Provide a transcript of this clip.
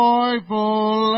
Joyful